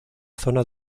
zona